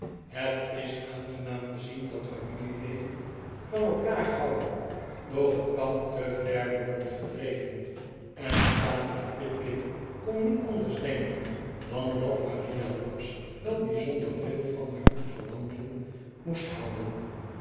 het is aangenaam te zien dat familieleden van elkaar houden doch het kan te ver worden gedreven en nathaniel pipkin kon niet anders denken dan dat maria lobbs wel bijzonder veel van haar bloedverwanten moest houden